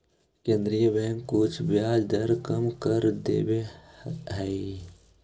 केन्द्रीय बैंक कुछ ब्याज दर कम कर देवऽ हइ